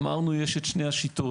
אמרנו שיש שתי השיטות